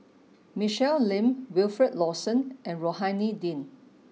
Michelle Lim Wilfed Lawson and Rohani Din